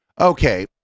Okay